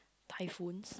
typhoons